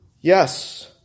Yes